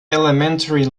elementary